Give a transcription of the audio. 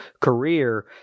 career